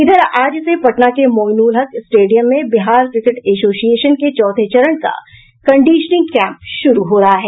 इधर आज से पटना के मोइनुलहक स्टेडियम में बिहार क्रिकेट एसोसिएशन के चौथे चरण का कंडिशनिंग कैम्प शुरू हो रहा है